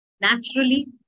naturally